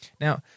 Now